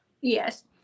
Yes